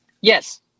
Yes